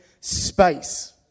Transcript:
space